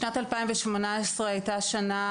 הנושא של תשתיות ולא רק,